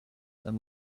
and